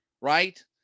right